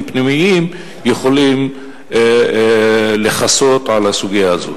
פנימיים יכולים לכסות את הסוגיה הזאת?